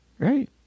Right